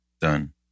Done